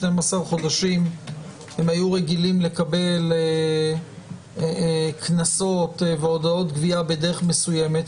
12 חודשים הם היו רגילים לקבל קנסות והודעות גבייה בדרך מסוימת,